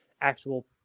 actual